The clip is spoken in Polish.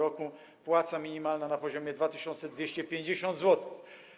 To płaca minimalna na poziomie 2250 zł.